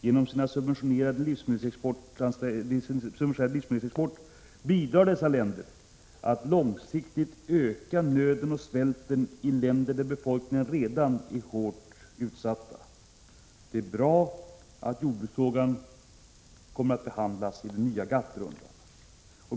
Genom sin subventionerade livsmedelsexport bidrar dessa länder långsiktigt till att öka nöden och svälten i länder där befolkningen redan är hårt utsatt. Det är bra att jordbruksfrågan kommer att behandlas i den nya GATT rundan.